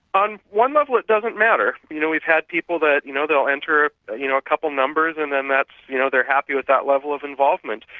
on one level it doesn't matter. you know, we've people that you know they'll enter you know a couple of numbers and then that's you know, they're happy with that level of involvement.